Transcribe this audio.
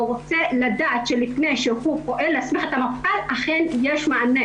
ורוצה לדעת שלפני שהוא פועל - אכן יש מענה.